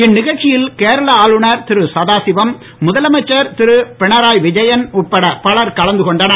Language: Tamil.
இந்நிகழ்ச்சியில் கேரள ஆளுநர் திரு சதாசிவம் முதலமைச்சர் திரு பிணராய் விஜயன் உட்பட பலர் கலந்து கொண்டனர்